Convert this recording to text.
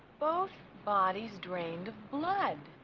both bodies drained of blood